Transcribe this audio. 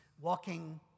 walking